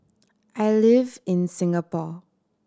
I live in Singapore